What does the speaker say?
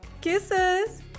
Kisses